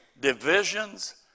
divisions